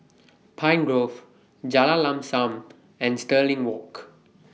Pine Grove Jalan Lam SAM and Stirling Walk